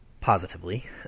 positively